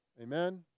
Amen